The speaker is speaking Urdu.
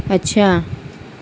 اچھا